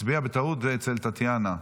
הצביע בטעות אצל טטיאנה.